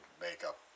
makeup